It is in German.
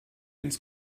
ins